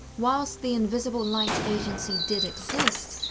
whilst the invisible light agency did exist,